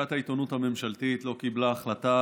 לשכת העיתונות הממשלתית לא קיבלה החלטה